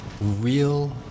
real